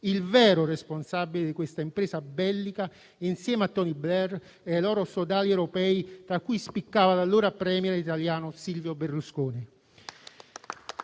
vero responsabile di questa impresa bellica insieme a Tony Blair e ai loro sodali europei, tra cui spiccava l'allora *premier* italiano Silvio Berlusconi.